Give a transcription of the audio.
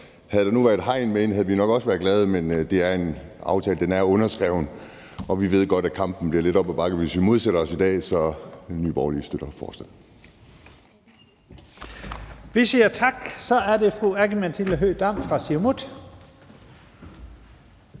Havde der nu være et hegn med, havde vi nok også været glade, men det er en aftale, der er underskrevet, og vi ved godt, at kampen bliver lidt op ad bakke, hvis vi modsætter os i dag. Så Nye Borgerlige støtter forslaget. Kl. 13:19 Første næstformand (Leif Lahn Jensen):